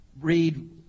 Read